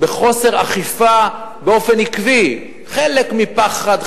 בחוסר אכיפה באופן עקבי חלק מפחד,